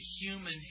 human